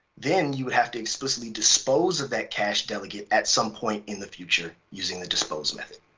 then you would have to explicitly dispose of that cash delegate at some point in the future using the dispose method,